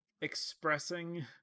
expressing